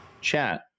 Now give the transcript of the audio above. chat